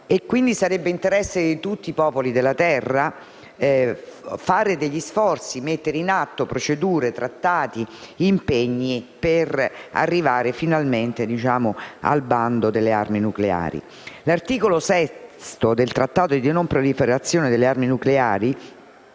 quindi, sarebbe interesse di tutti i popoli della terra fare degli sforzi e mettere in atto procedure, trattati e impegni per arrivare finalmente al bando di tali armi. L'articolo VI del Trattato di non proliferazione delle armi nucleari,